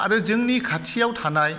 आरो जोंनि खाथियाव थानाय